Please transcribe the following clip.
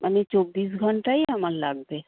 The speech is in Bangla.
মানে চব্বিশ ঘন্টাই আমার লাগবে